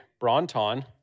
Bronton